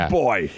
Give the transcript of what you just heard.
boy